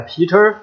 Peter